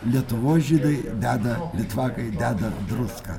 lietuvos žydai deda litvakai deda druską